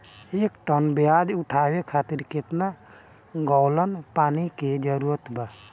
एक टन प्याज उठावे खातिर केतना गैलन पानी के जरूरत होखेला?